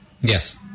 yes